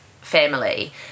family